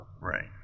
Right